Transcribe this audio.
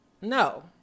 No